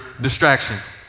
distractions